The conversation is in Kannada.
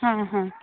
ಹಾಂ ಹಾಂ